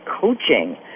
coaching